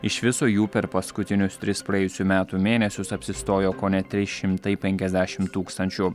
iš viso jų per paskutinius tris praėjusių metų mėnesius apsistojo kone trys šimtai penkiasdešimt tūkstančių